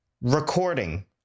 Recording